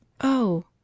Oh